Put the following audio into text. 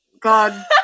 God